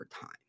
time